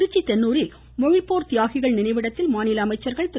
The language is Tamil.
திருச்சி தென்னூரில் மொழிப்போர் தியாகிகள் நினைவிடத்தில் மாநில அமைச்சர்கள் திரு